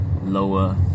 lower